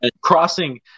Crossing